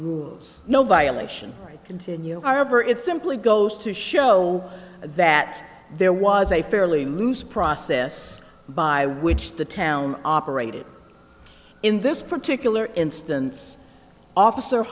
rules no violation continue are ever it simply goes to show that there was a fairly loose process by which the town operated in this particular instance officer